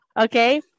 okay